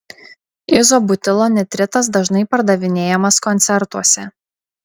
izobutilo nitritas dažnai pardavinėjamas koncertuose